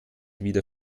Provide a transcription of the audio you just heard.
wieder